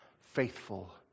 faithful